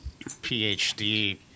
PhD